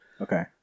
Okay